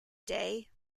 day